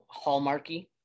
hallmarky